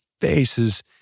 faces